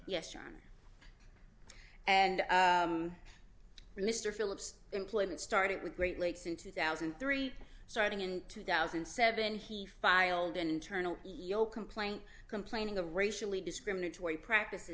yes john and mr phillips employment started with great lakes in two thousand and three starting in two thousand and seven he filed an internal complaint complaining of racially discriminatory practices